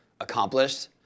accomplished